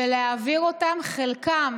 ולהעביר חלקם